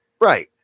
Right